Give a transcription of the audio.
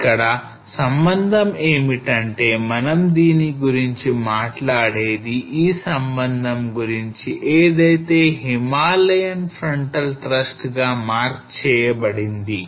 ఇక్కడ సంబంధం ఏమిటంటే మనం దీని గురించి మాట్లాడేది ఈ సంబంధం గురించి ఏదైతే Himalayan frontal thrust గా మార్క్ చేయబడింది